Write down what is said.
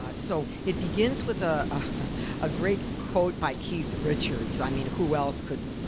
ah so, it begins with a ah great quote by keith richards. i mean, who else could,